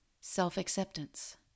self-acceptance